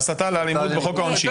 בהסתה לאלימות בחוק העונשין.